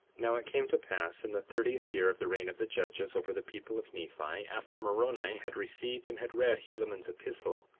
now it came to pass in the thirtieth year of the reign of the judges over the people of nephi, after moroni had received and had read helaman's epistle,